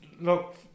look